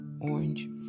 orange